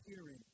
hearing